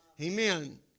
Amen